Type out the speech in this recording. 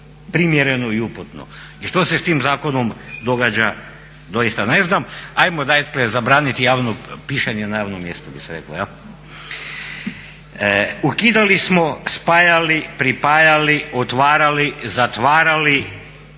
primjereno i uputno. Jer što se s time zakonom događa, doista ne znam. Ajmo dakle zabraniti pišanje na javnom mjestu bi se reklo. Ukidali smo, spajali, pripajali, otvarali, zatvarali